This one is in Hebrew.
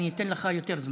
אני אתן לך יותר זמן,